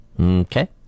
Okay